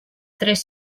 tres